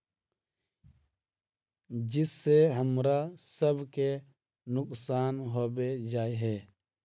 जिस से हमरा सब के नुकसान होबे जाय है?